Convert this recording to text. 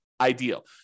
ideal